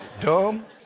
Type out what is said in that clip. Dumb